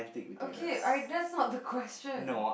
okay I that's not the question